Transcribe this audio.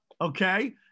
okay